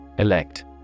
Elect